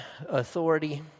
authority